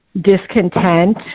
discontent